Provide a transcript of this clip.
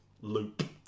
loop